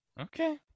okay